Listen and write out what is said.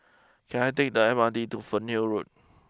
can I take the M R T to Fernhill Road